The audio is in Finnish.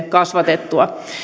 kasvatettua